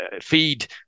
feed